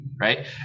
Right